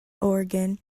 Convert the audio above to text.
organ